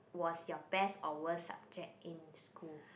was your best or worst subject in school